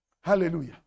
Hallelujah